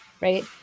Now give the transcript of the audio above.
right